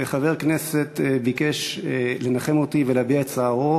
וחבר כנסת ביקש לנחם אותי ולהביע את צערו,